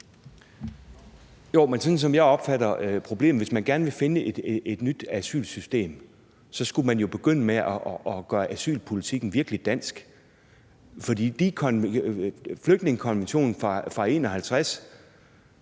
Jamen jeg opfatter problemet sådan her: Hvis man gerne vil finde et nyt asylsystem, skulle man jo begynde med at gøre asylpolitikken virkelig dansk. For flygtningekonventionen fra 1951